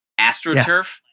AstroTurf